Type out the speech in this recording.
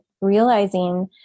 realizing